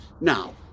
Now